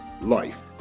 life